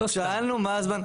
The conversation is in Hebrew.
שאלנו מה הזמן.